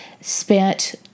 spent